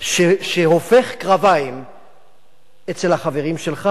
שהופך קרביים אצל החברים שלך,